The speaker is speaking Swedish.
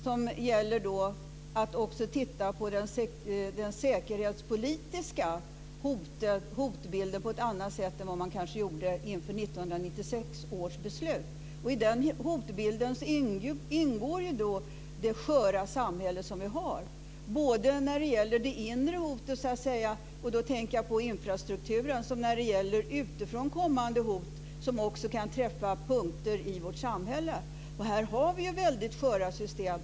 Det gäller att också titta närmare på den säkerhetspolitiska hotbilden på ett annat sätt än man kanske gjorde inför 1996 års beslut. I den hotbilden ingår det sköra samhälle som vi har både när det gäller det inre hotet - då tänker jag på infrastrukturen - och det utifrån kommande hot som också kan träffa punkter i vårt samhälle. Här har vi väldigt sköra system.